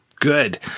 good